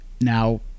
Now